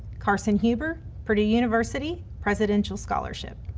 carson huber, purdue university, presidential scholarship.